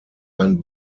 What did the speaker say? ein